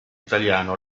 italiano